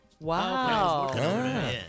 Wow